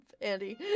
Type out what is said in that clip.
Andy